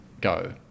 go